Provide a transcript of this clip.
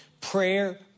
Prayer